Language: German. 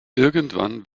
irgendwann